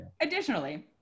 Additionally